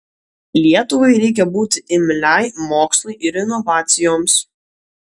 lietuvai reikia būti imliai mokslui ir inovacijoms